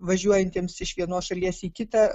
važiuojantiems iš vienos šalies į kitą